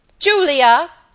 julia!